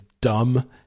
dumb